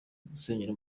dusenyera